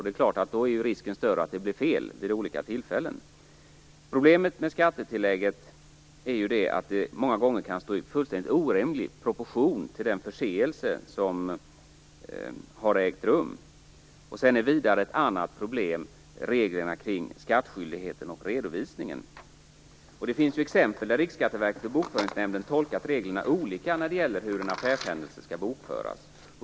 Det är klart att risken då är större för att det blir fel vid olika tillfällen. Problemet med skattetillägget är att det många gånger kan stå i fullständigt orimlig proportion till den förseelse som har ägt rum. Vidare är ett annat problem reglerna kring skattskyldigheten och redovisningen. Det finns exempel där Riksskatteverket och Bokföringsnämnden har tolkat reglerna olika när det gäller hur en affärshändelse skall bokföras.